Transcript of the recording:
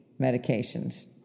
medications